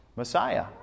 Messiah